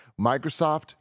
Microsoft